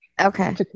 Okay